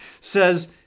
says